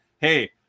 hey